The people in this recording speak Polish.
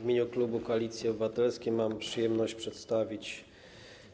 W imieniu klubu Koalicji Obywatelskiej mam przyjemność przedstawić